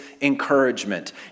encouragement